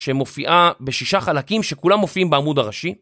שמופיעה בשישה חלקים שכולם מופיעים בעמוד הראשי.